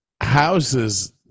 houses